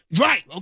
Right